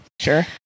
Sure